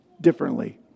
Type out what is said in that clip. differently